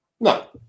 No